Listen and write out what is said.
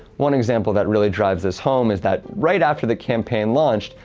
one example that really drives this home is that right after the campaign launched,